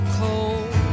cold